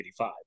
1985